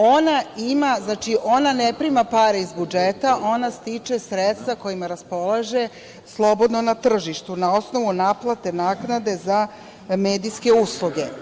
Ona ima, znači, ona ne prima pare iz budžeta, ona stiče sredstva kojima raspolaže slobodno na tržištu na osnovu naplate naknade za medijske usluge.